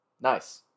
Nice